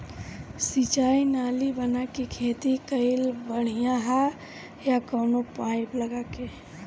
सिंचाई नाली बना के खेती कईल बढ़िया ह या कवनो पाइप लगा के?